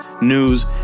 news